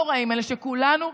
הייתה